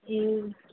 ए